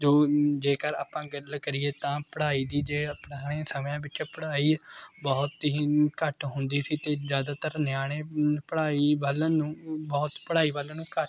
ਜੋ ਜੇਕਰ ਆਪਾਂ ਗੱਲ ਕਰੀਏ ਤਾਂ ਪੜ੍ਹਾਈ ਦੀ ਜੇ ਪੁਰਾਣੇ ਸਮਿਆਂ ਵਿੱਚ ਪੜ੍ਹਾਈ ਬਹੁਤ ਹੀ ਘੱਟ ਹੁੰਦੀ ਸੀ ਅਤੇ ਜ਼ਿਆਦਾਤਰ ਨਿਆਣੇ ਪੜ੍ਹਾਈ ਵੱਲ ਨੂੰ ਬਹੁਤ ਪੜ੍ਹਾਈ ਵੱਲ ਨੂੰ ਘੱਟ